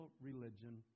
religion